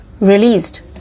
released